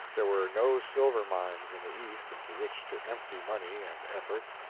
there were no silver-mines in the east into which to empty money and effort,